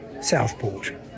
Southport